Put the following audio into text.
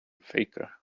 faker